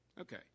Okay